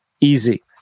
easy